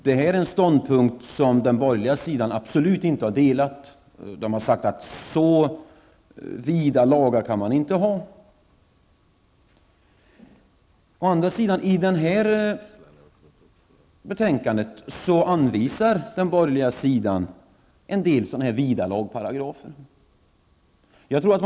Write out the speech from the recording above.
Denna ståndpunkt har den borgerliga sidan absolut inte delat. Man har sagt att det inte går att ha lagar med så vid tillämpning. I det här betänkandet hänvisar dock de borgerliga till en del lagparagrafer med vida tillämpningsområden.